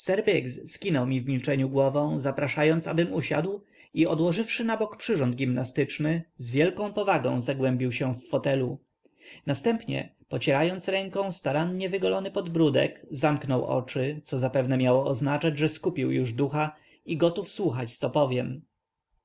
skinął mi w milczeniu ręką zapraszając abym usiadł i odłożywszy na bok przyrząd gimnastyczny z wielką powagą zagłębił się w fotelu następnie pocierając ręką starannie wygolony podbródek zamknął oczy co zapewne miało oznaczać że skupił już ducha i gotów słuchać co powiem